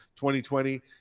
2020